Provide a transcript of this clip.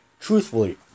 truthfully